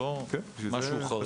לא מדובר במשהו חריג.